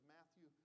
Matthew